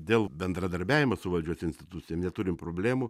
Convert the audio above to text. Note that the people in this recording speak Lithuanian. dėl bendradarbiavimo su valdžios institucijom neturim problemų